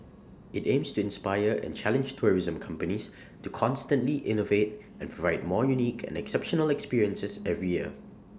IT aims to inspire and challenge tourism companies to constantly innovate and provide more unique and exceptional experiences every year